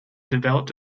developed